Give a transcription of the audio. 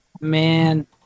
man